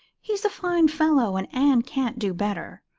he's a fine fellow, and anne can't do better.